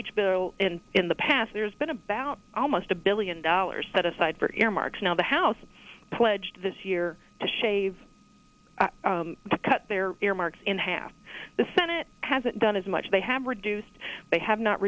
and in the past there's been about almost a billion dollars set aside for earmarks now the house pledged this year to shave to cut their earmarks in half the senate hasn't done as much they have reduced they have not